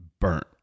burnt